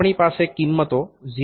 આપણી પાસે કિંમતો 0